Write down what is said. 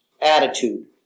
attitude